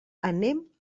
anem